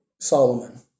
Solomon